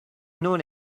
known